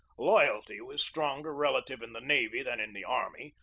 loyalty was stronger relatively in the navy than in the army,